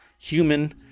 human